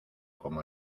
como